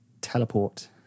teleport